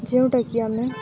ଯେଉଁଟାକି ଆମେ